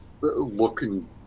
looking